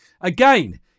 Again